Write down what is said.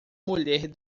mulher